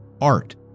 art